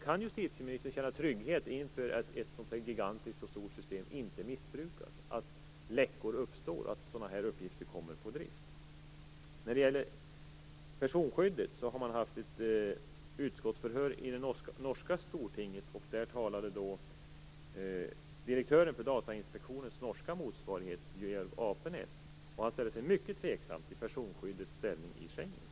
Kan justitieministern känna trygghet inför att ett så gigantiskt och stort system inte missbrukas, dvs. att läckor uppstår och uppgifter kommer på drift? När det gäller personskyddet kan jag säga att man har haft ett utskottsförhör i det norska stortinget. Där talade direktören för Datainspektionens norska motsvarighet Georg Apenes. Han ställde sig mycket tveksam till personskyddets ställning i Schengen.